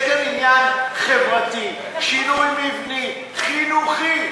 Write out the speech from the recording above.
יש כאן עניין חברתי, שינוי מבני, חינוכי.